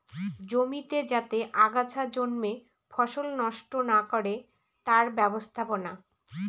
জমিতে যাতে আগাছা জন্মে ফসল নষ্ট না করে তার ব্যবস্থাপনা